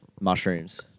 Mushrooms